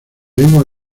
lengua